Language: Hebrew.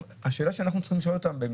השאלה שאנחנו צריכים לשאול אותם היא על